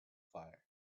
fire